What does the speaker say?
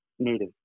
Native